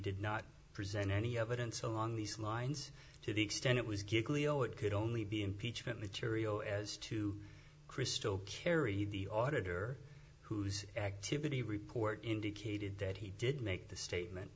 did not present any evidence along these lines to the extent it was good cleo it could only be impeachment material as to crystal carried the auditor whose activity report indicated that he did make the statement